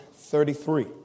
33